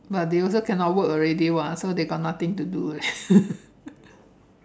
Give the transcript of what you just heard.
but they also cannot work already [what] so they got nothing to do already